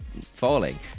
falling